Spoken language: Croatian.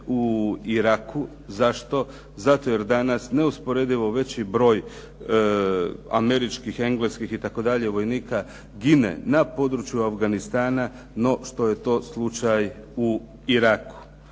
u Iraku. Zašto? Zato jer danas neusporedivo veći broj američkih, engleskih, itd., vojnika gine na području Afganistana, no što je to slučaj u Iraku.